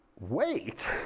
Wait